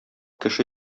кеше